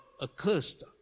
accursed